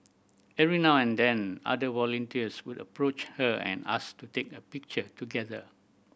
every now and then other volunteers would approach her and ask to take a picture together